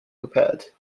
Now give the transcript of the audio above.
repaired